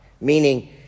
meaning